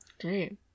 Great